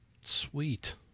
Sweet